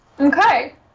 Okay